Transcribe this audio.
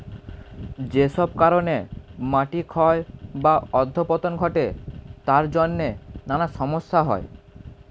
যেসব কারণে মাটি ক্ষয় বা অধঃপতন ঘটে তার জন্যে নানা সমস্যা হয়